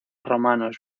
romanos